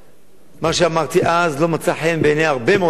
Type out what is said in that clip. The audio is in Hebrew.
מה שאמרתי אז לא מצא חן בעיני הרבה מאוד אנשים,